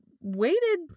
waited